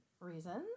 reasons